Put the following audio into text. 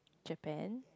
Japan